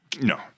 No